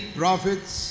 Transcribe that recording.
prophets